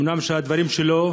אומנם הדברים שלו